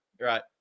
Right